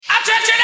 Attention